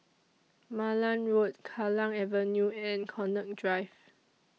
Malan Road Kallang Avenue and Connaught Drive